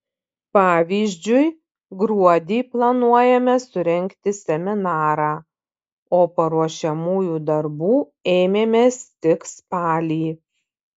pavyzdžiui gruodį planuojame surengti seminarą o paruošiamųjų darbų ėmėmės tik spalį